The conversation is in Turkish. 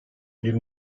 bir